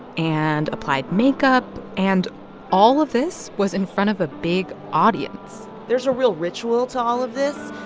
and applied makeup. and all of this was in front of a big audience there's a real ritual to all of this.